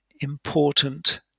important